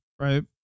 right